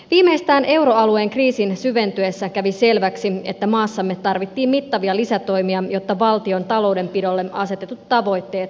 viimeistään euroalueen kriisin syventyessä kävi selväksi että maassamme tarvittiin mittavia lisätoimia jotta valtion taloudenpidolle asetetut tavoitteet saavutetaan